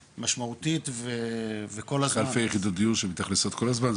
משמעותית וכל הזמן -- אלפי יחידות דיור שמתאכלסות כל הזמן,